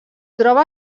troba